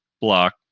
block